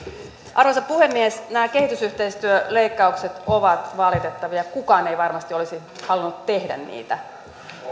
arvoisa puhemies nämä kehitysyhteistyöleikkaukset ovat valitettavia kukaan ei varmasti olisi halunnut tehdä niitä